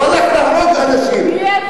אז אני דיברתי על העניין ההומניטרי, נא לסיים.